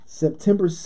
September